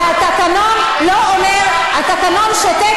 התקנון שותק